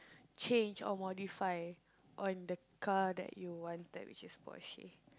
change or modify on the car that you wanted which is Porsche